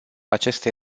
acestei